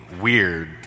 weird